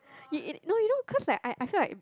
you no you know cause like I I feel like